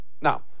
Now